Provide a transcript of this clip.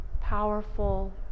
powerful